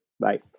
Bye